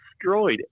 destroyed